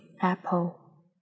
apple